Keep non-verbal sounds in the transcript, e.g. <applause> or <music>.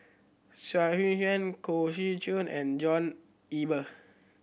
Xu <unintelligible> Yuan Koh Seow Chun and John Eber